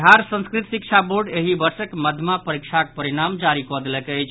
बिहार संस्कृत शिक्षा बोर्ड एहि वर्षक मध्यमा परीक्षाक परिणाम जारी कऽ देलक अछि